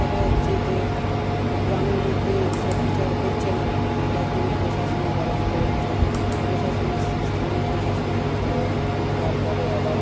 দেখা যাচ্ছে যে গ্রামের মধ্যে এই সব বিচার হচ্ছে না যার জন্য প্রশাসনের দ্বারস্থ হচ্ছে প্রশাসনের স্থানীয় প্রশাসন না হলেও তারপরে আবার